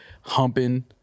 humping